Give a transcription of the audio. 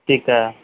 ਠੀਕ ਆ